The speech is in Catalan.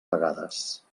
vegades